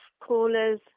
callers